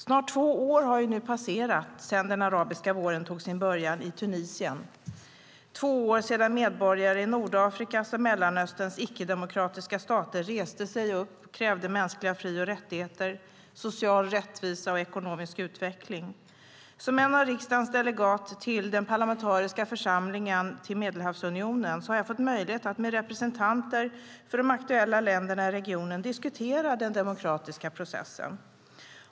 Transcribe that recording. Snart två år har nu passerat sedan den arabiska våren tog sin början i Tunisien. Det är två år sedan medborgare i Nordafrikas och Mellanösterns icke-demokratiska stater reste sig upp och krävde mänskliga fri och rättigheter, social rättvisa och ekonomisk utveckling. Som en av riksdagens delegater till den parlamentariska församlingen för Medelhavsunionen har jag fått möjlighet att med representanter för de aktuella länderna i regionen diskutera den demokratiska processen.